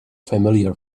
familiar